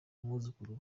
umwuzukuru